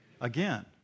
Again